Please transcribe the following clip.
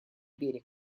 берег